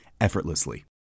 effortlessly